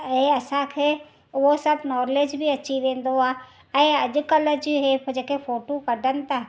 ऐं असांखे उहो सभु नॉलेज बि अची वेंदो आहे ऐं अॼुकल्ह जी इहे जेके फोटूं कढनि था